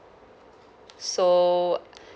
so